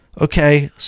Okay